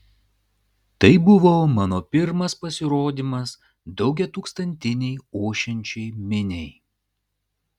tai buvo mano pirmas pasirodymas daugiatūkstantinei ošiančiai miniai